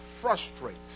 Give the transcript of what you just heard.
frustrate